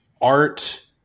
art